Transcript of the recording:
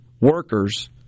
workers